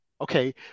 okay